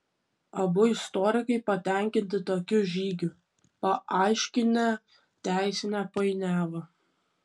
abu istorikai patenkinti tokiu žygiu paaiškinę teisinę painiavą